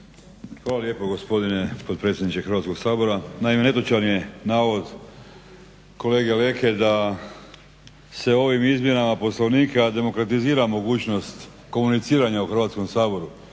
Hvala lijepo gospodine potpredsjedniče Hrvatskog sabora. Naime, netočan je navod kolege Leke da se ovim izmjenama Poslovnika demokratizira mogućnost komuniciranja u Hrvatskom saboru.